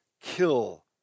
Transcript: kill